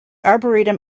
arboretum